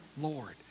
Lord